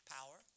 Power